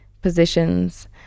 positions